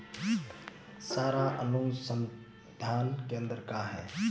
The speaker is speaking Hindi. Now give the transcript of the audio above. चारा अनुसंधान केंद्र कहाँ है?